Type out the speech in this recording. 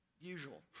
usual